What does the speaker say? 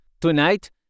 tonight